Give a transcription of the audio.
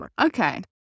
Okay